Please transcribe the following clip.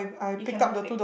you cannot take